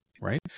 right